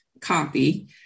copy